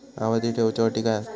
आवर्ती ठेव च्यो अटी काय हत?